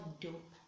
dope